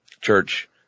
Church